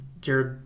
Jared